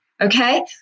Okay